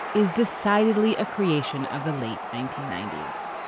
is decidedly a creation of the late nineteen ninety s.